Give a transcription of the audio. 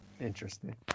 Interesting